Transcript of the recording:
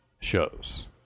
shows